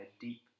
deep